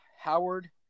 Howard